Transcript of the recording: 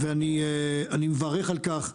אני מברך על כך.